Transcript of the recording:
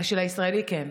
של הישראלי, כן.